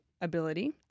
ability